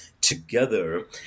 together